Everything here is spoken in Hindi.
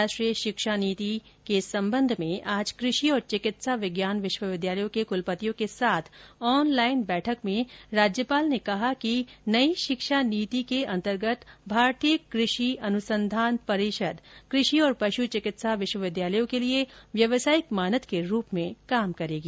राष्ट्रीय शिक्षा नीति के संबंध में आज कृषि तथा चिकित्सा विज्ञान विश्वविद्यालयों के कुलपतियों के साथ ऑनलाइन वैठक में राज्यपाल ने कहा कि नई शिक्षा नीति के अंतर्गत भारतीय कृषि अनुसंधान परिषद कृषि और पश्न चिकित्सा विश्वविद्यालयों के लिए व्यावसायिक मानद के रूप में काम करेगी